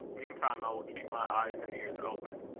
meantime i will keep my eyes and ears open.